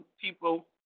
people